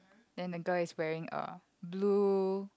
then the girl is wearing a blue